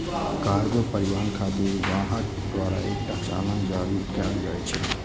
cargo परिवहन खातिर वाहक द्वारा एकटा चालान जारी कैल जाइ छै